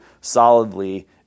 solidly